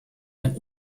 den